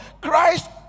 Christ